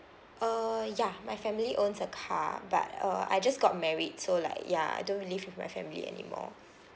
uh ya my family owns a car but uh I just got married so like ya I don't live with my family anymore